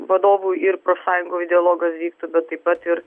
vadovų ir profsąjungoj dialogas vyktų bet taip pat ir